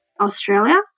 Australia